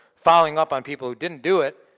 following up on people who didn't do it,